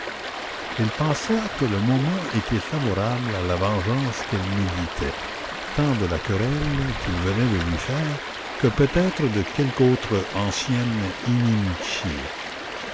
elle pensa que le moment était favorable à la vengeance qu'elle méditait tant de la querelle qu'il venait de lui faire que peut-être de quelque autre ancienne inimitié